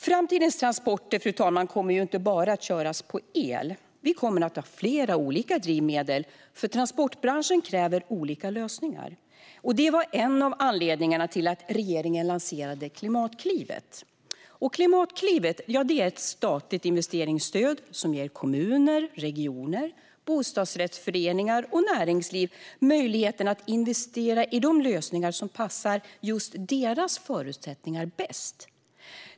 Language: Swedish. Framtidens transporter kommer inte bara att köras på el. Vi kommer att ha flera olika drivmedel, för transportbranschen kräver olika lösningar. Det var en av anledningarna till att regeringen lanserade Klimatklivet. Klimatklivet är ett statligt investeringsstöd som ger kommuner, regioner, bostadsrättsföreningar och näringsliv möjligheten att investera i de lösningar som passar just deras förutsättningar bäst.